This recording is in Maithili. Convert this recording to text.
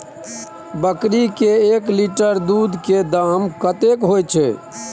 बकरी के एक लीटर दूध के दाम कतेक होय छै?